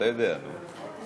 אתה יודע, נו.